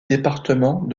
département